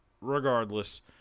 Regardless